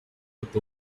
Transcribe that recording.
with